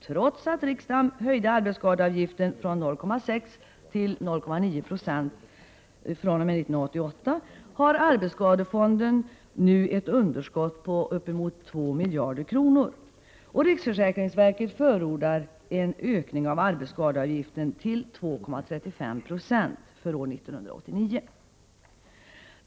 Trots att riksdagen höjde arbetsskadeavgiften. = Sod reg från 0,6 9 till 0,9 96 fr.o.m. 1988 har arbetsskadefonden nu ett underskott på ca 2 miljarder kronor, och riksförsäkringsverket förordar en ökning av arbetsskadeavgiften till 2,35 96 för år 1989.